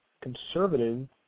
conservative